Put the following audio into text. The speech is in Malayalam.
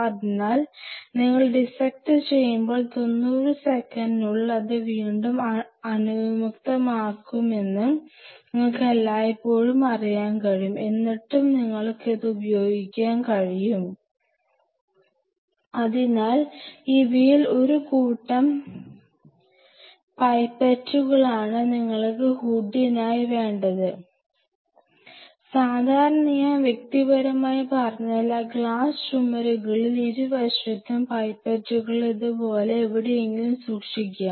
അതിനാൽ നിങ്ങൾ ഡിസ്സെക്റ്റ് ചെയ്യുമ്പോൾ 90 സെക്കൻഡിനുള്ളിൽ ഇത് വീണ്ടും അണുവിമുക്തമാക്കുമെന്ന് നിങ്ങൾക്ക് എല്ലായ്പ്പോഴും അറിയാൻ കഴിയും എന്നിട്ടും നിങ്ങൾക്ക് ഇത് ഉപയോഗിക്കാൻ കഴിയും അതിനാൽ ഇവയിൽ ഒരു കൂട്ടം പൈപ്പറ്റുകളാണ് നിങ്ങൾക്ക് ഹൂഡുകൾക്കായി വേണ്ടത് സാധാരണയായി ഞാൻ വ്യക്തിപരമായി പറഞ്ഞാൽ ആ ഗ്ലാസ് ചുമരുകളിൽ ഇരുവശത്തും പൈപ്പറ്റുകൾ ഇതുപോലെ എവിടെയെങ്കിലും സൂക്ഷിക്കാം